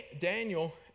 Daniel